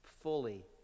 Fully